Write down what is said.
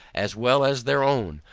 as well as their own,